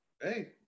Hey